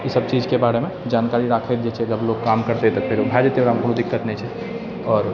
ई सभ चीजके बारेमे जानकारी राखल जाइत छै जब लोक काम करतै तऽ भए जेतै ओकरामे कोइ दिक्कत नहि छै आओर